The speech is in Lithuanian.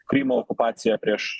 krymo okupacija prieš